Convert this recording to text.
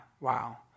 Wow